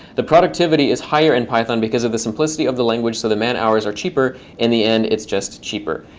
the productivity is higher in python because of the simplicity of the language, so the man hours are cheaper. in the end, it's just cheaper.